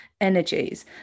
energies